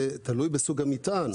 זה תלוי בסוג המטען.